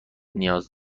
نیاز